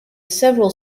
several